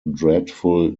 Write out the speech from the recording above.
dreadful